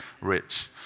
rich